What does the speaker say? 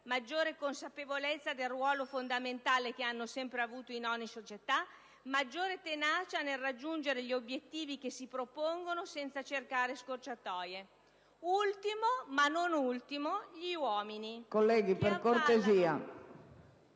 maggiore consapevolezza del ruolo fondamentale che hanno sempre avuto in ogni società, maggiore tenacia nel raggiungere gli obiettivi che si propongono senza cercare scorciatoie; ultimo, ma non ultimo, gli uomini,